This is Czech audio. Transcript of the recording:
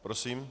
Prosím.